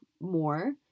more